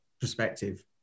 perspective